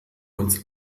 uns